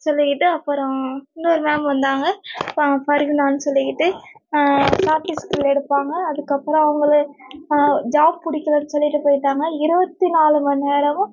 சொல்லிக்கிட்டு அப்புறம் இன்னொரு மேம் வந்தாங்க சொல்லிக்கிட்டு ஸ்டாட்டிஸ்டிக் எடுப்பாங்க அதுக்கப்புறம் அவுங்களும் ஜாப் பிடிக்கலைனு சொல்லிட்டு போய்ட்டாங்க இருபத்தி நாலு மணி நேரமும்